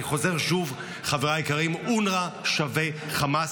אני חוזר שוב, חבריי היקרים: אונר"א שווה חמאס.